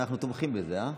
אנחנו תומכים בזה, אה?